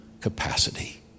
capacity